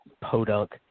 podunk